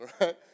Right